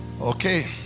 Okay